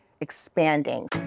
expanding